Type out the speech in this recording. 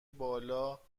بالا